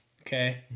okay